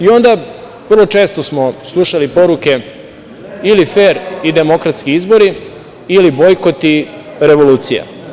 Onda, vrlo često smo slušali poruke ili fer i demokratski izbori ili bojkot i revolucija.